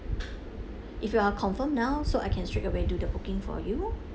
if you are confirmed now so I can straightaway do the booking for you